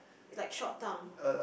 like short tongue